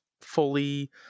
fully